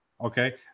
okay